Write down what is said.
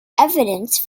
employees